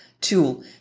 tool